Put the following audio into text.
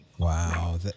Wow